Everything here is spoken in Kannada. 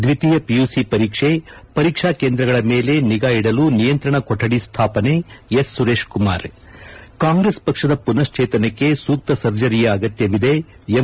ದ್ವಿತೀಯ ಪಿಯುಸಿ ಪರೀಕ್ಷೆ ಪರೀಕ್ಷಾ ಕೇಂದ್ರಗಳ ಮೇಲೆ ನಿಗಾ ಇಡಲು ನಿಯಂತ್ರಣ ಕೊಠಡಿ ಸ್ಟಾಪನೆ ಎಸ್ ಸುರೇಶ್ ಕುಮಾರ್ ಕಾಂಗ್ರೆಸ್ ಪಕ್ಷದ ಪುನಶ್ಚೇತನಕ್ಕೆ ಸೂಕ್ತ ಸರ್ಜರಿಯ ಅಗತ್ಯವಿದೆ ಎಂ